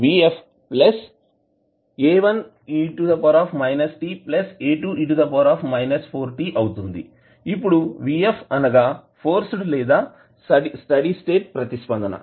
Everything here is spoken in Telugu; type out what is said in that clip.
ఇప్పుడు Vf అనగా ఫోర్స్డ్ లేదా స్టడీ స్టేట్ ప్రతిస్పందన